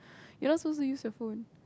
you're not suppose to use your phone